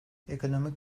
ekonomik